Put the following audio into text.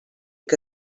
que